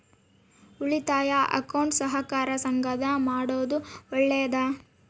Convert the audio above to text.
ಉಳಿತಾಯ ಅಕೌಂಟ್ ಸಹಕಾರ ಸಂಘದಾಗ ಮಾಡೋದು ಒಳ್ಳೇದಾ?